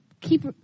keep